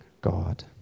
God